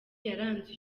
yaranze